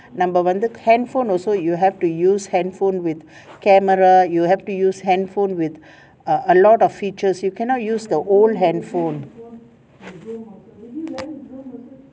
நம்ப வந்து:namba vanthu handphone also you have to use handphone with camera you have to use handphone with err a lot of features you cannot use the old handphone